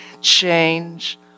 change